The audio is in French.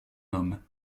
homme